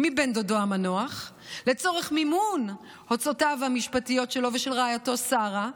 מבן דודו המנוח לצורך מימון הוצאותיו המשפטיות שלו ושל רעייתו שרה,